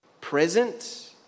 Present